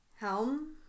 Helm